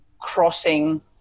crossing